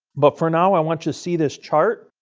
but for now, i want you to see this chart,